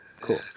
Cool